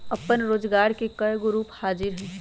अप्पन रोजगार के कयगो रूप हाजिर हइ